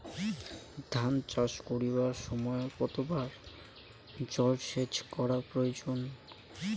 ধান চাষ করিবার সময় কতবার জলসেচ করা প্রয়োজন?